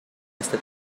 ese